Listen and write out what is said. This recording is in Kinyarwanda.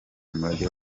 umurage